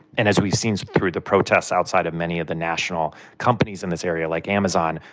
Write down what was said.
and as we've seen through the protests outside of many of the national companies in this area, like amazon,